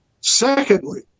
Secondly